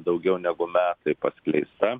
daugiau negu metai paskleista